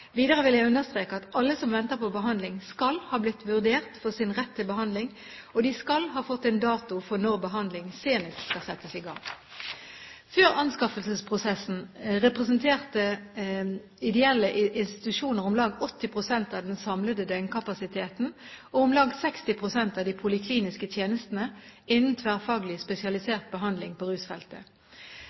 Videre vil jeg understreke at alle som venter på behandling, skal ha blitt vurdert for sin rett til behandling, og de skal ha fått en dato for når behandling senest skal settes i gang. Før anskaffelsesprosessen representerte private ideelle institusjoner om lag 80 pst. av den samlede døgnkapasiteten og om lag 60 pst. av de polikliniske tjenestene innen tverrfaglig spesialisert behandling på rusfeltet.